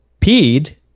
peed